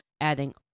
adding